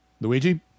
Luigi